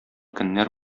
көннәр